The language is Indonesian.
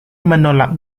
menolak